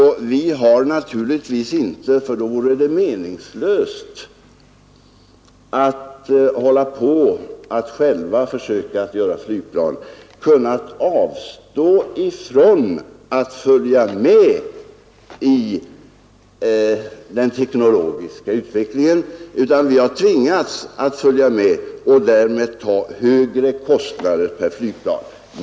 Vi har naturligtvis inte — för då vore det meningslöst att hålla på att själva försöka göra flygplan — kunnat avstå att följa med i den teknologiska utvecklingen. Vi har tvingats att följa med och därmed fått högre kostnader per flygplan.